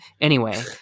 Anyway-